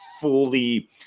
fully